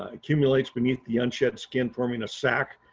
accumulates beneath the unshed skin, forming a sack,